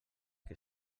que